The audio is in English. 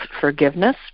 forgiveness